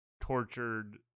tortured